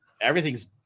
Everything's